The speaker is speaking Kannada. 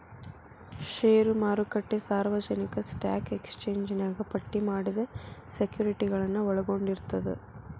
ಷೇರು ಮಾರುಕಟ್ಟೆ ಸಾರ್ವಜನಿಕ ಸ್ಟಾಕ್ ಎಕ್ಸ್ಚೇಂಜ್ನ್ಯಾಗ ಪಟ್ಟಿ ಮಾಡಿದ ಸೆಕ್ಯುರಿಟಿಗಳನ್ನ ಒಳಗೊಂಡಿರ್ತದ